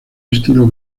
estilo